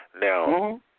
Now